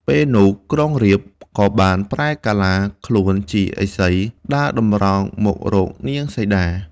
ពេលនោះក្រុងរាពណ៍ក៏បានប្រែកាឡាខ្លួនធ្វើជាឥសីដើរតម្រង់មករកនាងសីតា។